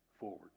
forward